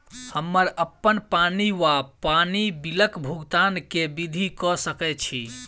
हम्मर अप्पन पानि वा पानि बिलक भुगतान केँ विधि कऽ सकय छी?